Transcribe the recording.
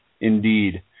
Indeed